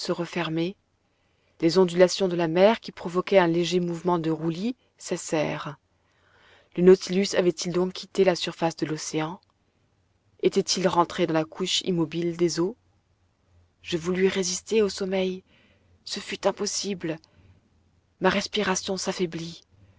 refermer les ondulations de la mer qui provoquaient un léger mouvement de roulis cessèrent le nautilus avait-il donc quitté la surface de l'océan était-il rentré dans la couche immobile des eaux je voulus résister au sommeil ce fut impossible ma respiration s'affaiblit